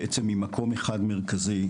בעצם ממקום אחד מרכזי,